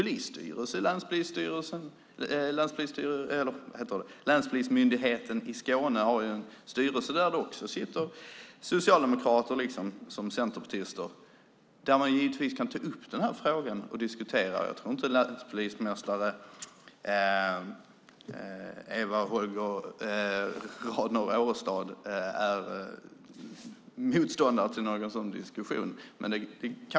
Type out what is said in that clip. Länspolismyndigheten i Skåne har ju en styrelse där det också sitter socialdemokrater och centerpartister. Där kan man givetvis ta upp den här frågan till diskussion. Jag tror inte att länspolismästare Eva Årestad Radner är motståndare till en sådan diskussion.